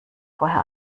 vorher